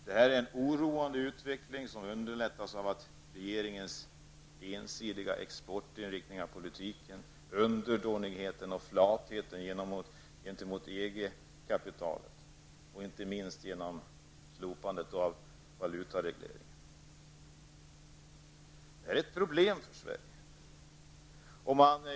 Det är en oroande utveckling, som underlättats av regeringens ensidiga exportinriktning av politiken, underdånigheten och flatheten gentemot EG kapitalet och inte minst genom slopandet av valutaregleringen. Det här ett problem för Sverige.